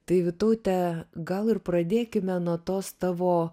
tai vytaute gal ir pradėkime nuo tos tavo